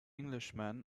englishman